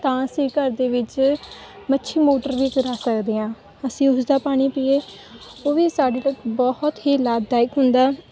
ਤਾਂ ਅਸੀਂ ਘਰ ਦੇ ਵਿੱਚ ਮੱਛੀ ਮੋਟਰ ਵੀ ਕਰਾ ਸਕਦੇ ਹਾਂ ਅਸੀਂ ਉਸਦਾ ਪਾਣੀ ਪੀਏ ਉਹ ਵੀ ਸਾਡੇ ਤੱਕ ਬਹੁਤ ਹੀ ਲਾਭਦਾਇਕ ਹੁੰਦਾ ਹੈ